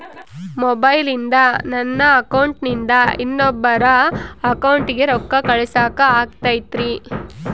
ಮೊಬೈಲಿಂದ ನನ್ನ ಅಕೌಂಟಿಂದ ಇನ್ನೊಬ್ಬರ ಅಕೌಂಟಿಗೆ ರೊಕ್ಕ ಕಳಸಾಕ ಆಗ್ತೈತ್ರಿ?